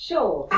Sure